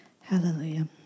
Hallelujah